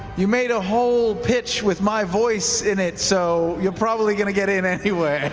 you made a whole pitch with my voice in it so, you're probably going to get in anyway.